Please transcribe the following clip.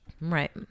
Right